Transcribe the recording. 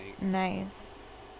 Nice